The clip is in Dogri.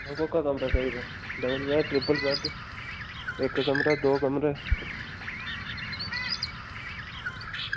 तुसें कोह्का कमरा चाहिदा डबल बैड ट्रिपल बैड इक्क कमरा दौं कमरे